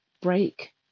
break